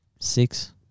Six